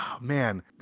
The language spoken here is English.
man